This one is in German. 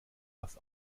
was